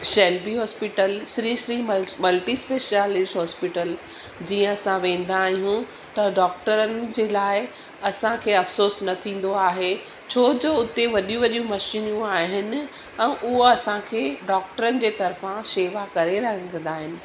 Shalby hospital Shri Shri मल्स multispecialist hospital जीअं असां वेंदा आहियूं त डॉक्टरनि जे लाइ असांखे अफ़सोसु न थींदो आहे छो जो हुते वॾियूं वॾियूं मशीनियूं आहिनि ऐं उहा असांखे डॉक्टरनि जे तरफ़ा शेवा करे रखंदा आहिनि